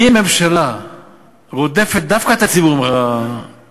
ואם ממשלה רודפת דווקא את הציבורים העניים,